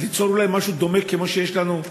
ואולי ליצור משהו דומה כמו שיש לנו,